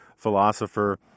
Philosopher